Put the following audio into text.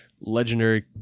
legendary